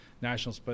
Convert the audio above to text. national